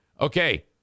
Okay